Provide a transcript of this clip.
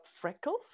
freckles